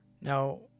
Now